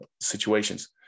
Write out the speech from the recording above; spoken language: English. situations